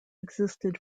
existed